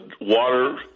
water